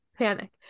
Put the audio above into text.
Panic